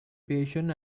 patient